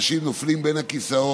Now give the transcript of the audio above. שבהם אנשים נופלים בין הכיסאות,